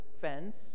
fence